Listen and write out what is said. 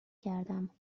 کردم